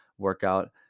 workout